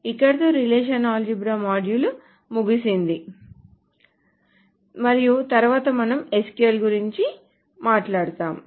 ఇక్కడితో relational algebra మాడ్యూల్ను ముగిసింది మరియు తరువాత మనం SQL గురించి మాట్లాడుతాము